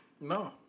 No